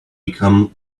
become